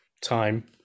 time